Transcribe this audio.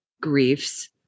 griefs